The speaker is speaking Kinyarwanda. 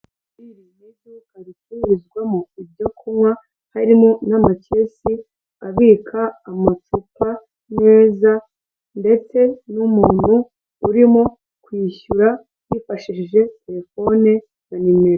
Iri ni iduka ricuruzwamo ibyo kunywa harimo n'amacyesi abika amacupa neza ndetse n'umuntu urimo kwishyura yifashishije telefone na nimero.